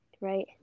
right